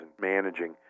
managing